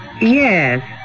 Yes